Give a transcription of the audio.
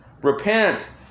repent